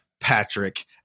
Patrick